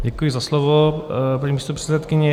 Děkuji za slovo, paní místopředsedkyně.